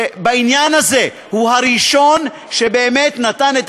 שבעניין הזה הוא הראשון שבאמת נתן את